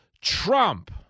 Trump